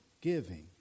giving